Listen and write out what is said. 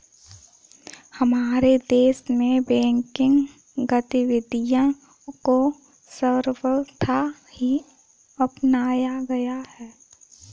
हमारे देश में बैंकिंग गतिविधियां को सर्वथा ही अपनाया गया है